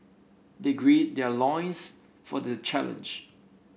they gird their loins for the challenge